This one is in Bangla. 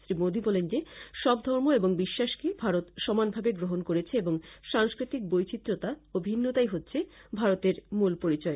শ্রী মোদি বলেন যে সব ধর্ম এবং বিশ্বাসকে ভারত সমানভাবে গ্রহণ করেছে এবং সাংস্কৃতিক বৈচিত্রতা ও ভিন্নতাই হচ্ছে ভারতের মূল পরিচয়